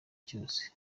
cyose